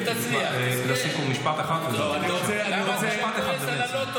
תצליח ------ אני רוצה לענות לו.